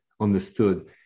understood